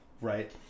right